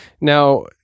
now